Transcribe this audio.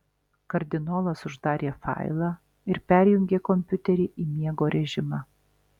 kardinolas uždarė failą ir perjungė kompiuterį į miego režimą